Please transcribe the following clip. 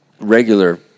regular